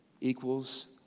equals